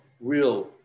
real